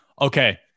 Okay